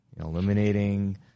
eliminating